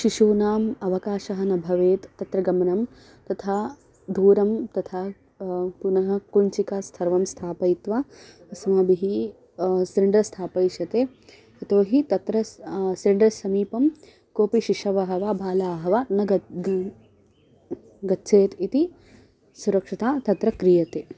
शिशूनाम् अवकाशः न भवेत् तत्र गमनं तथा दूरं तथा पुनः कुञ्चिका सर्वं स्थापयित्वा अस्माभिः सिरिण्डर् स्थापयिष्यते यतो हि तत्र सिरिण्डर् समीपं कोऽपि शिशवः वा बालाः वा न गच्छेयुः इति सुरक्षता तत्र क्रियते